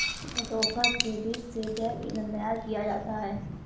jatropha के बीज से जैव ईंधन तैयार किया जाता है